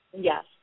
yes